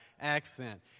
accent